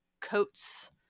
Coats